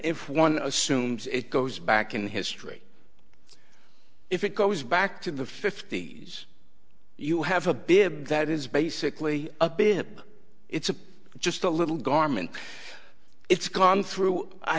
if one assumes it goes back in history if it goes back to the fifty's you have a bid that is basically a bin it's a just a little garment it's gone through a